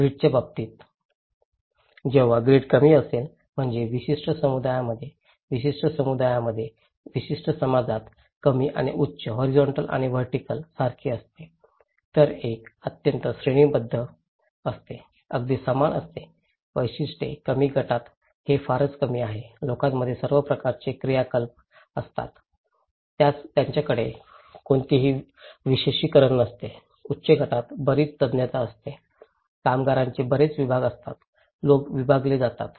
ग्रिडच्या बाबतीत जेव्हा ग्रिड कमी असेल म्हणजे विशिष्ट समुदायामध्ये विशिष्ट समुदायामध्ये विशिष्ट समाजात कमी आणि उंच हॉरीझॉन्टल आणि व्हर्टिकल सारखे असते तर एक अत्यंत श्रेणीबद्ध असते अगदी समान असते वैशिष्ट्ये कमी गटात हे फारच कमी आहे लोकांमध्ये सर्व प्रकारचे क्रियाकलाप असतात त्यांच्याकडे कोणतीही विशेषीकरण नसते उच्च गटात बरीच तज्ञता असते कामगारांचे बरेच विभाग असतात लोक विभागले जातात विभागले जातात